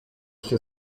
się